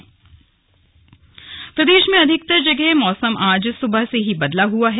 मौसम प्रदेश में अधिकतर जगह मौसम आज सुबह से ही बदला हुआ है